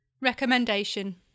Recommendation